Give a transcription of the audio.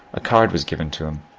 a card was given to him,